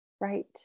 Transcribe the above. Right